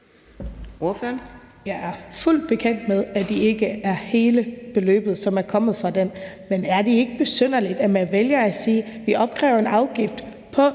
Jeg er fuldt bekendt med, at det ikke er hele beløbet, som er kommet fra den, men er det ikke besynderligt, at man vælger at opkræve en afgift på